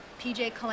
PJ